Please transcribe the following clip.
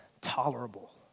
tolerable